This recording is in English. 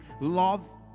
Love